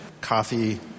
coffee